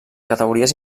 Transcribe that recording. categories